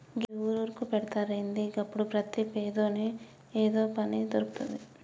గివ్వి ఊరూరుకు పెడ్తరా ఏంది? గప్పుడు ప్రతి పేదోని ఏదో పని దొర్కుతది